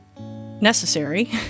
necessary